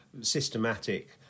systematic